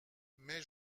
mais